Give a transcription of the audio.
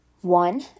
one